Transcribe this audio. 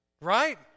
Right